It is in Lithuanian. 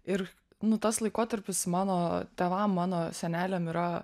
ir nu tas laikotarpis mano tėvam mano seneliam yra